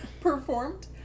performed